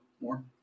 More